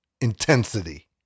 intensity